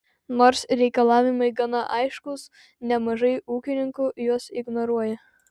nors reikalavimai gana aiškūs nemažai ūkininkų juos ignoruoja